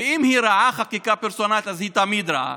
ואם היא רעה, חקיקה פרסונלית, אז היא תמיד רעה,